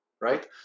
Right